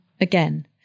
again